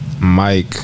Mike